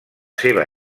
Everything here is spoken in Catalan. seva